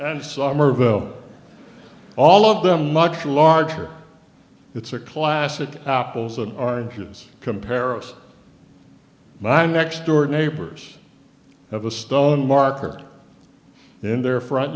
mervo all of them much larger it's a classic apples and oranges comparison my next door neighbors have a stone marker in their front